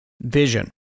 vision